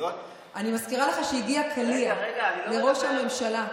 אני מזכירה לך שהגיע קליע לראש הממשלה.